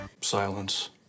Silence